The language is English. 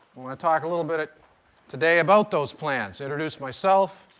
want to talk a little bit today about those plans, introduce myself,